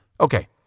Okay